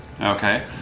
Okay